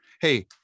Hey